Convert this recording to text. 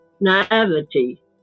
naivety